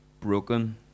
broken